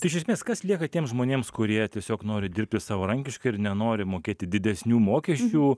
tai iš esmės kas lieka tiems žmonėms kurie tiesiog nori dirbti savarankiškai ir nenori mokėti didesnių mokesčių